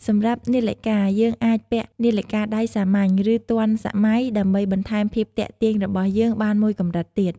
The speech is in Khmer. សម្រាប់នាឡិកាយើងអាចពាក់នាឡិកាដៃសាមញ្ញ ឬទាន់សម័យដើម្បីបន្ថែមភាពទាក់ទាញរបស់យើងបានមួយកម្រិតទៀត។